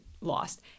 lost